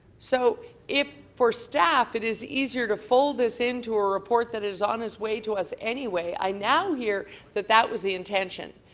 so if for staff it is easier to fold this into a report that is on its way to us anyway i now hear that this was the intention.